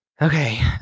Okay